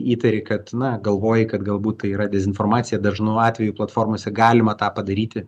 įtari kad na galvoji kad galbūt tai yra dezinformacija dažnu atveju platformose galima tą padaryti